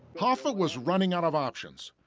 hoffa was running out of options.